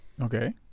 Okay